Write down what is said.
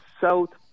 south